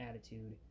attitude